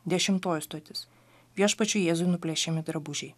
dešimtoji stotis viešpačiui jėzui nuplėšiami drabužiai